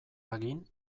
hagin